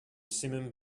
simum